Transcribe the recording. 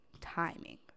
timing